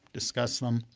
discuss them